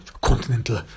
continental